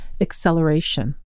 acceleration